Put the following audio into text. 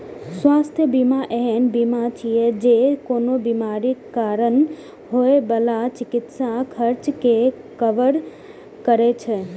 स्वास्थ्य बीमा एहन बीमा छियै, जे कोनो बीमारीक कारण होइ बला चिकित्सा खर्च कें कवर करै छै